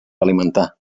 alimentar